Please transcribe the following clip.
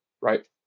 right